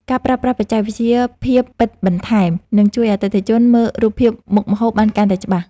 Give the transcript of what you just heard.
ការប្រើប្រាស់បច្ចេកវិទ្យាភាពពិតបន្ថែម នឹងជួយឱ្យអតិថិជនមើលរូបភាពមុខម្ហូបបានកាន់តែច្បាស់។